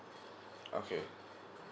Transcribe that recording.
okay